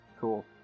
Cool